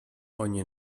ogni